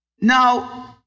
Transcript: Now